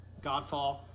Godfall